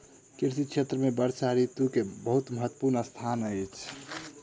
कृषि क्षेत्र में वर्षा ऋतू के बहुत महत्वपूर्ण स्थान अछि